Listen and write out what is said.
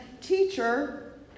Teacher